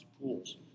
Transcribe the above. pools